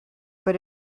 but